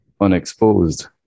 unexposed